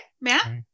Matt